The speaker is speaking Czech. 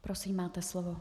Prosím, máte slovo.